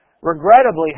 Regrettably